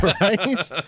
Right